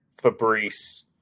Fabrice